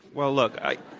well, look, i